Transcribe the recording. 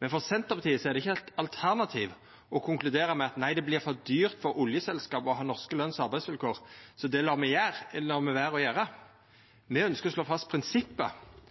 men for Senterpartiet er det ikkje eit alternativ å konkludera med at nei, det vert for dyrt for oljeselskapa å ha norske løns- og arbeidsvilkår, så det lar me vere å gjera. Me ønskjer å slå fast prinsippet.